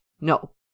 No